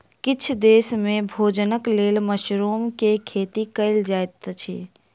किछ देस में भोजनक लेल मशरुम के खेती कयल जाइत अछि